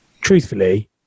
truthfully